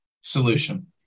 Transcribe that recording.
Solution